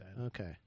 Okay